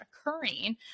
occurring